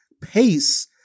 pace